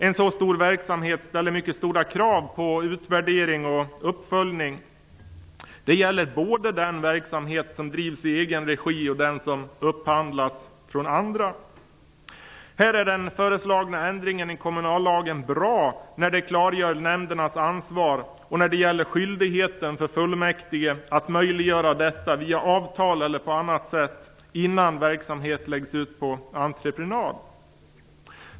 En så stor verksamhet ställer mycket stora krav på utvärdering och uppföljning. Det gäller både den verksamhet som drivs i egen regi och den som upphandlas från andra. Här är den föreslagna ändringen i kommunallagen bra. Den klargör nämndernas ansvar och skyldigheten för fullmäktige att möjliggöra detta via avtal eller på annat sätt innan verksamhet läggs ut på entreprenad.